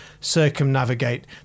circumnavigate